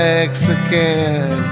Mexican